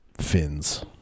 fins